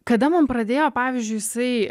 kada man pradėjo pavyzdžiui jisai